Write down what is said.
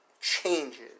changes